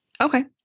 Okay